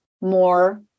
more